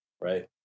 right